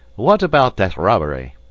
what about that robbery?